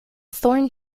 thorn